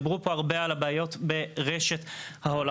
דיברו פה הרבה על הבעיות ברשת ההולכה,